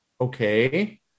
Okay